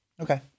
Okay